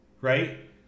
right